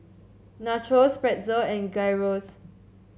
Nachos Pretzel and Gyros